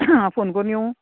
आं फोन कोरून येवं